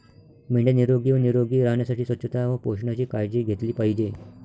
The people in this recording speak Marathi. मेंढ्या निरोगी व निरोगी राहण्यासाठी स्वच्छता व पोषणाची काळजी घेतली पाहिजे